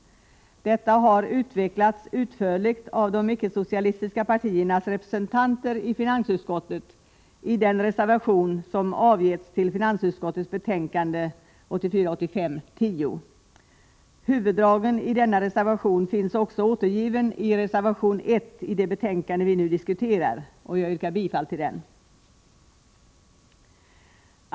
Detta har utvecklats utförligt av de icke-socialistiska partiernas representanter i finansutskottet i den reservation som avgetts till finansutskottets betänkande 1984/85:10. Huvuddragen i denna reservation finns också återgivna i reservation I i det betänkande vi nu diskuterar, och jag yrkar bifall till den.